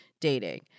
dating